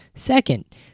Second